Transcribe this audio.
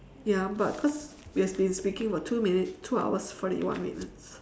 ya but because we have been speaking for two minute two hours forty one minutes